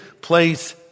place